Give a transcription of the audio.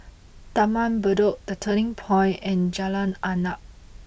Taman Bedok The Turning Point and Jalan Arnap